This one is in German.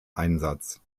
einsatz